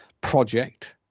project